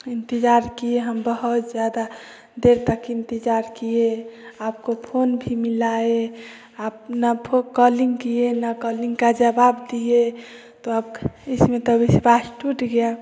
इंतजार किये हम बहुत ज्यादा देर तक इंतजार किये आपको फ़ोन भी मिलाये आप ना कॉल्लिंग किये ना कॉल्लिंग का जवाब दिए तो इसमें तो विश्वास टूट गया